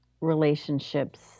relationships